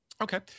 Okay